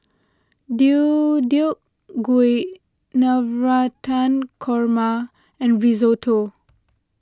Deodeok Gui Navratan Korma and Risotto